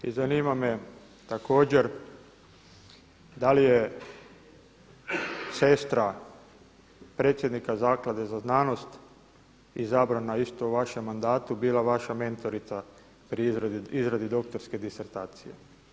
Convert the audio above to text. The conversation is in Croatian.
I zanima me također da li je sestra predsjednika Zaklade za znanost izabrana isto u vašem mandatu bila vaša mentorica pri izradi doktorske disertacije?